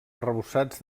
arrebossats